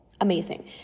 amazing